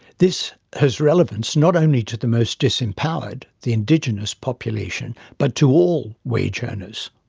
this has relevance not only to the most disempowered, the indigenous population, but to all wage earners.